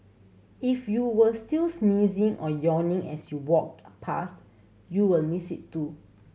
if you were still sneezing or yawning as you walked past you will miss it too